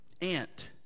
ant